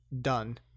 done